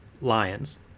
Lions